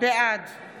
בעד אלון שוסטר, בעד